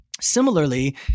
Similarly